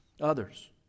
others